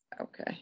Okay